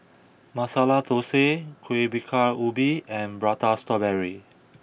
Masala Thosai Kueh Bingka Ubi and Prata Strawberry